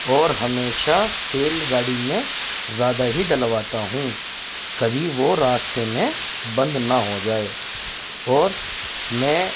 اور ہمیشہ تیل گاڑی میں زیادہ ہی ڈلواتا ہوں کبھی وہ راستے میں بند نہ ہو جائے اور میں